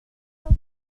gael